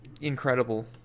incredible